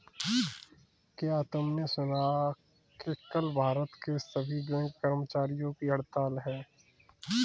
क्या तुमने सुना कि कल भारत के सभी बैंक कर्मचारियों की हड़ताल है?